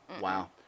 Wow